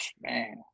Man